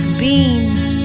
beans